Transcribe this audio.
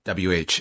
WH